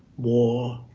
war,